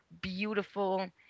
beautiful